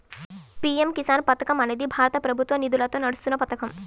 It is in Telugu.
పీ.ఎం కిసాన్ పథకం అనేది భారత ప్రభుత్వ నిధులతో నడుస్తున్న పథకం